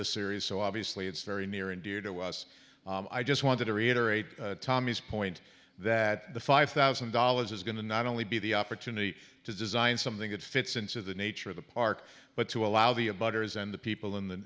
the series so obviously it's very near and dear to us i just wanted to reiterate tommy's point that the five thousand dollars is going to not only be the opportunity to design something that fits into the nature of the park but to allow the a butters and the people in the